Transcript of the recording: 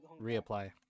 reapply